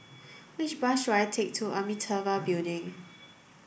which bus should I take to Amitabha Building